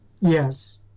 Yes